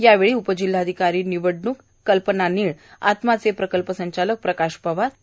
यावेळी उपजिल्हाधिकारी निवडणूक कल्पना निळ आत्मा चे प्रकल्प संचालक प्रकाश पवार श्री